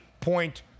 point